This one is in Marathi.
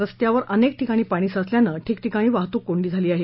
रस्त्यावर अनेक ठिकाणी पाणी साचल्यानं ठिकठिकाणी वाहतूक कोंडी झाली आहे